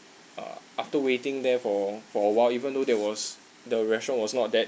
uh after waiting there for for awhile even though there was the restaurant was not that